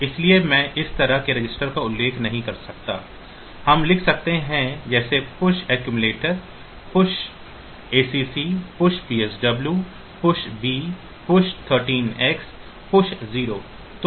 इसलिए मैं इस तरह के रजिस्टरों का उल्लेख नहीं कर सकता हम लिख सकते हैं जैसे push accumulator push acc push psw push B push 13x push 0